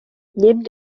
neben